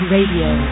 Radio